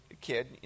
kid